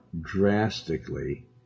drastically